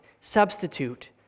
substitute